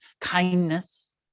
kindness